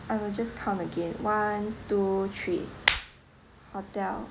I will just count again one two three hotel